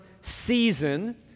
season